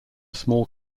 small